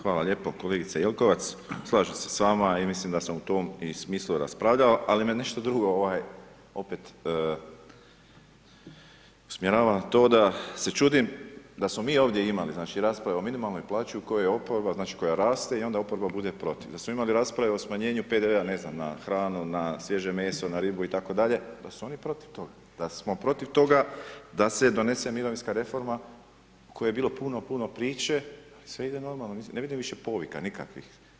Hvala lijepo kolegice Jelkovac, slažem se s vama i mislim da sam u tom i smislu raspravljao, ali me nešto drugo opet usmjerava na to da se čudim da smo vi ovdje imali, znači, raspravu o minimalnoj plaći u kojoj oporba, znači, koja raste i onda oporba bude protiv, da smo imali rasprave o smanjenju PDV-a, ne znam, na hranu, na svježe meso, na ribu itd., da su oni protiv toga, da smo protiv toga da se donese mirovinska reforma o kojoj je bilo puno, puno priče, ali sve ide normalno, ne vidim više povika nikakvih.